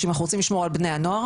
שאם אנחנו רוצים לשמור על בני הנוער,